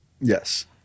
Yes